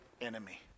enemy